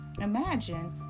Imagine